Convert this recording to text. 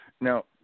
Now